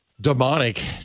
demonic